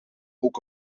ook